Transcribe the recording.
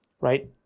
Right